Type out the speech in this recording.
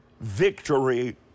victory